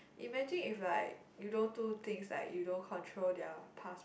imagine if like you don't do things like you don't control their past